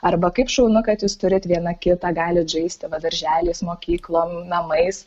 arba kaip šaunu kad jūs turit viena kitą galit žaisti va darželiais mokyklom namais